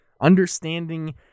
Understanding